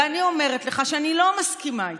ואני אומרת לך שאני לא מסכימה איתך.